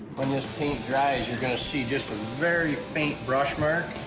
when this paint dries, you're gonna see just a very faint brush mark,